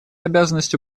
обязанностью